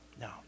No